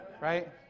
right